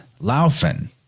Laufen